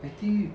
I think